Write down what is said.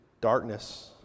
darkness